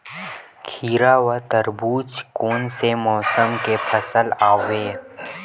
खीरा व तरबुज कोन से मौसम के फसल आवेय?